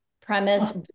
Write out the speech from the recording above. premise